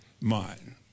mind